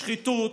שחיתות,